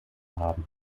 haben